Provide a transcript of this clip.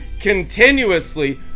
continuously